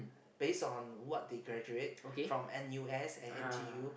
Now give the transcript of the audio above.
base on what they graduate from N_U_S and N_T_U